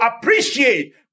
appreciate